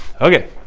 Okay